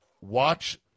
Watch